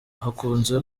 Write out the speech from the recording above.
hakunze